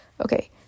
okay